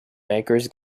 bankers